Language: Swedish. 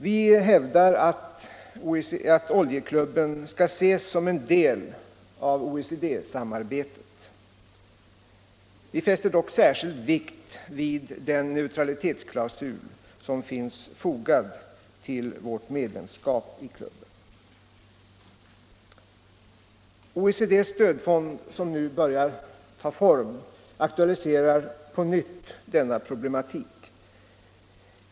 Vi hävdar att oljeklubben skall ses som en del av OECD-samarbetet. Vi fäster dock särskild vikt vid den neutralitetsklausul som finns fogad till vårt medlemskap i klubben. OECD:s stödfond, som nu börjar ta form, aktualiserar på nytt denna problematik.